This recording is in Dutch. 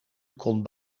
kon